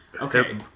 Okay